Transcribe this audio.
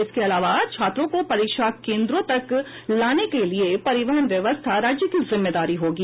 इसके अलावा छात्रों को परीक्षा केन्द्रों तक लाने के लिए परिवहन व्यवस्था राज्य की जिम्मेदारी होगी